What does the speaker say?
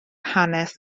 hanes